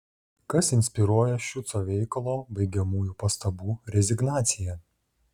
kas inspiruoja šiuco veikalo baigiamųjų pastabų rezignaciją